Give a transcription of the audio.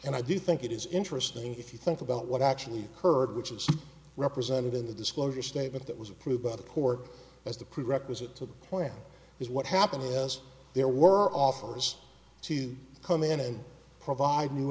and i do think it is interesting if you think about what actually occurred which is represented in the disclosure statement that was approved by the court as the prerequisite to the point is what happened yes there were offers to come in and provide new